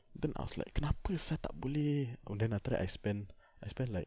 then I was like kenapa sia tak boleh oh and then after that I spent I spent like